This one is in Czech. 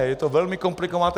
Je to velmi komplikované.